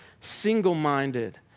single-minded